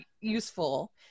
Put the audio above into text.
useful